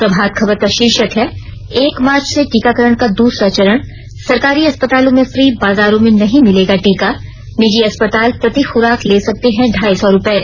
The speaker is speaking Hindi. प्रभात खबर का शीर्षक है एक मार्च से टीकाकरण का दूसरा चरण सरकारी अस्पतालों में फ्री बाजारों में नहीं मिलेगा टीका निजी अस्पताल प्रति खुराक ले सकते हैं ढाई सौ रूपये